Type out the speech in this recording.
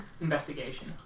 Investigation